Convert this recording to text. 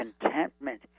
contentment